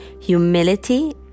humility